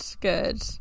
Good